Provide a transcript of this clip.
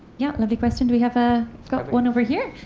yeah, lovely question. do we have ah got one over here?